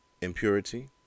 impurity